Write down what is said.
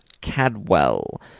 Cadwell